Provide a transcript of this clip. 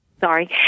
Sorry